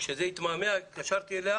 כשזה התמהמה התקשרתי אליה